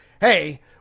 hey